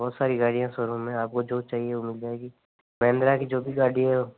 बहुत सारी गाड़ियाँ शोरूम में है आपको जो चाहिए वो मिल जाएगी महिंद्रा की जो भी गाड़ी हे